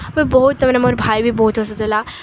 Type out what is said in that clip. ମାନେ ବହୁତ ମାନେ ଭାଇ ବି ବହୁତ ହସୁଥିଲା